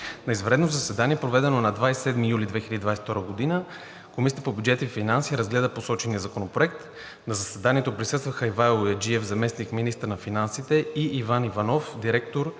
На извънредно заседание, проведено на 27 юли 2022 г., Комисията по бюджет и финанси разгледа посочения законопроект. На заседанието присъстваха Ивайло Яйджиев – заместник-министър на финансите, и Иван Иванов – директор